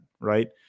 right